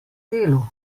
delu